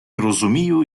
розумію